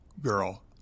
girl